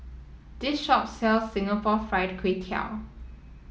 this shop sells Singapore Fried Kway Tiao